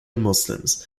muslims